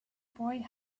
boy